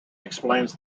explains